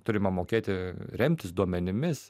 turima mokėti remtis duomenimis